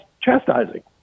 chastising